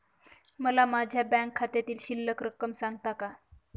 मला माझ्या बँक खात्यातील शिल्लक रक्कम सांगता का?